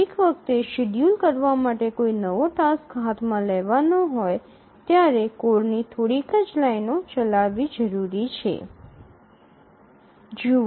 દરેક વખતે શેડ્યૂલ કરવા માટે કોઈ નવો ટાસ્ક હાથમાં લેવાનો હોય ત્યારે કોડની થોડીક લાઇનો જ ચલાવવી જરૂરી છે